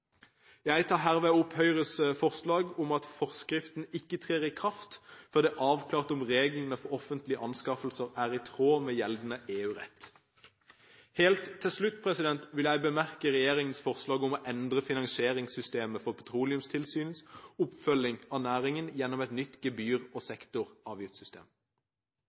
Jeg tar herved opp Høyres forslag om at forskriften ikke trer i kraft før det er avklart om reglene for offentlige anskaffelser er i tråd med gjeldende EØS-rett. Helt til slutt vil jeg bemerke regjeringens forslag om å endre finansieringssystemet for Petroleumstilsynets oppfølging av næringen gjennom et nytt gebyr